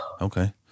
Okay